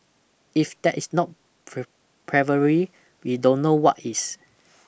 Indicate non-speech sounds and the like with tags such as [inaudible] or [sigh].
if that is not [unintelligible] bravery we don't know what is